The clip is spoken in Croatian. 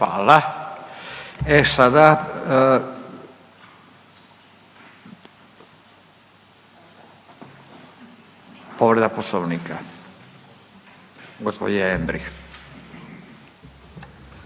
Hvala. E sada povreda Poslovnika gospođa Jembrih.